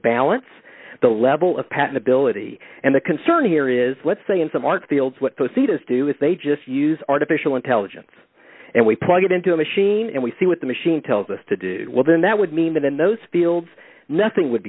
balance the level of patentability and the concern here is let's say in some art fields what the c does do is they just use artificial intelligence and we plug it into a machine and we see what the machine tells us to do well then that would mean that in those fields nothing would